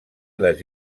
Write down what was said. les